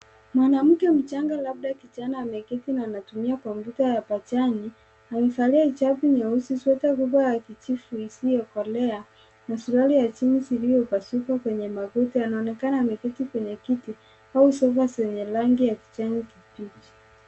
Mwanamke mchanga labda kijana ameketi na anatumia kompyuta ya pajani. Amevalia hijabu nyeusi, sweta kubwa ya kijivu isiyokolea na suruali ya jeans iliyopasuka kwenye magoti. Anaonekana ameketi kwenye kiti au sofa yenye rangi ya kijani kibichi.